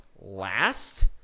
last